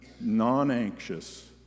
non-anxious